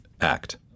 Act